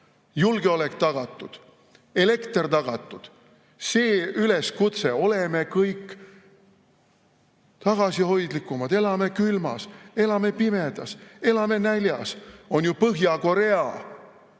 julgeolek tagatud, elekter tagatud. See üleskutse, et oleme kõik tagasihoidlikumad, elame külmas, elame pimedas, elame näljas, on ju Põhja-Korea.